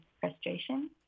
frustration